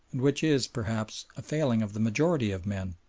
and which is, perhaps, a failing of the majority of men,